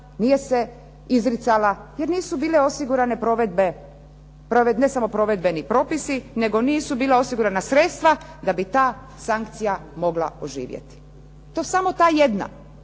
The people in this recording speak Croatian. nije izricala, jer nisu bile osigurane provedbe, ne samo provedbeni propisi, nego nisu bila osigurana sredstva da bi ta sankcija mogla oživjeti. To samo ta jedna.